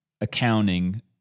accounting